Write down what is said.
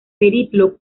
periplo